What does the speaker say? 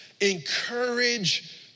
encourage